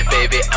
Baby